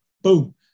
boom